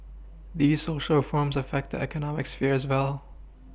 these Social reforms affect the economic sphere as well